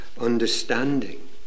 understanding